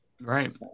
right